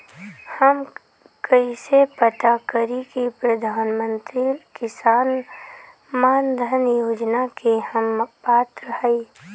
हम कइसे पता करी कि प्रधान मंत्री किसान मानधन योजना के हम पात्र हई?